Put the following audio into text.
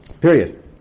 period